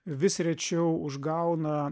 vis rečiau užgauna